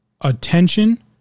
attention